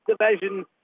Division